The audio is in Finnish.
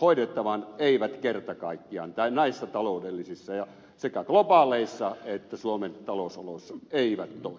hoidettavan eivät kerta kaikkiaan näissä taloudellisissa oloissa sekä globaaleissa että suomen talousoloissa toimi eivät kerta kaikkiaan